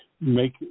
make